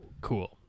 cool